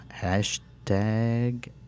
Hashtag